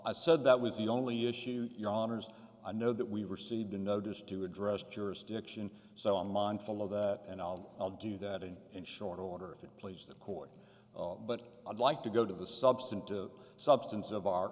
i said that was the only issue yawners i know that we received a notice to address jurisdiction so i'm mindful of that and i'll i'll do that in in short order if it please the court but i'd like to go to the substantive substance of our